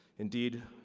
indeed,